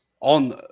On